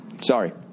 Sorry